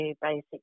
basic